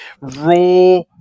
raw